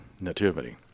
Nativity